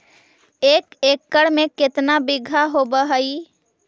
एक एकड़ में केतना बिघा होब हइ?